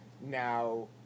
now